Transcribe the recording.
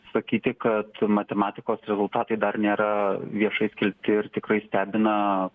sakyti kad matematikos rezultatai dar nėra viešai skelbti ir tikrai stebina